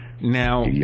Now